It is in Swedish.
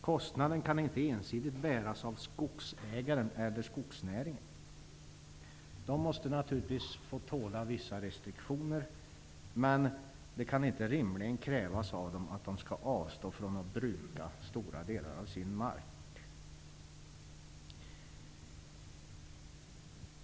Kostnaden kan inte ensidigt bäras av skogsägaren eller skogsnäringen. De måste naturligtvis tåla vissa restriktioner, men det kan rimligen inte krävas av dem att de skall avstå från att bruka stora delar av sin mark.